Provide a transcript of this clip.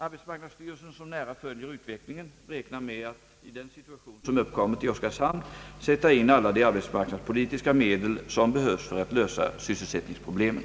Arbetsmarknadsstyrelsen, som nära följer utvecklingen, räknar med att i den situation som uppkommit i Oskarshamn sätta in alla de arbetsmarknadspolitiska medel som behövs för att lösa sysselsättningsproblemen.